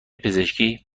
پزشکی